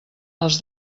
els